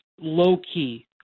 Low-key